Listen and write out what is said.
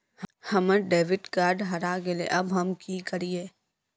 हमर debit card हरा गेले अब हम की करिये?